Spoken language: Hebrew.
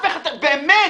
באמת.